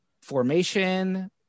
formation